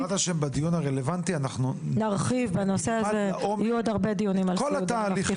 בעזרת ה' בדיון הרלוונטי אנחנו נרחיב על כל התהליכים,